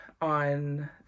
on